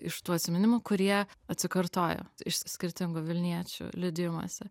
iš tų atsiminimų kurie atsikartojo iš skirtingų vilniečių liudijimuose